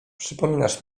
przypominasz